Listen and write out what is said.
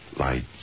lights